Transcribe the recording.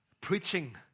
preaching